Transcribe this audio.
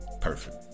Perfect